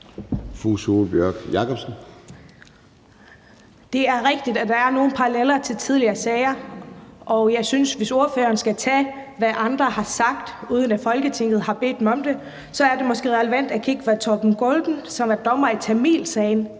Det er rigtigt, at der er nogle paralleller til tidligere sager, og jeg synes, at hvis ordføreren skal tage, hvad andre har sagt, uden at Folketinget har bedt dem om det, så er det måske relevant at kigge på, hvad Torben Goldin, som var dommer i tamilsagen,